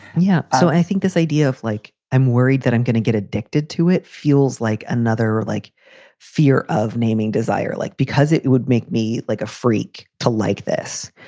yeah so i think this idea of like i'm worried that i'm gonna get addicted to it fuels like another, like fear of naming desire like because it it would make me like a freak to like this.